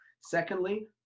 Secondly